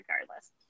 regardless